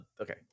Okay